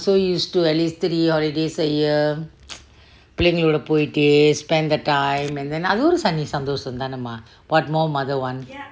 so used to at least three holidays a year பிள்ளைங்க கூட போயிட்டு:pillainga kuuda poyittu spend the time and then அது ஒரு சந்தோஷம் தான:athu oru santhosham thana mah what more mother want